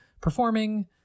Performing